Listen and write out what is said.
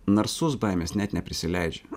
narsus baimės net neprisileidžia